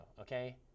Okay